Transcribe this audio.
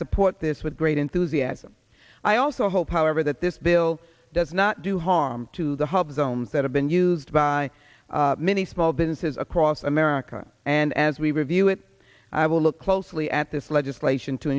support this with great enthusiasm i also hope however that this bill does not do harm to the hub zones that have been used by many small businesses across america and as we review it i will look closely at this legislation to